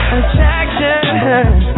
Attraction